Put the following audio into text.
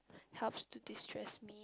helps to destress me